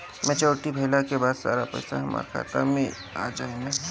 Maturity भईला के बाद सारा पईसा हमार खाता मे आ जाई न?